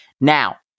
Now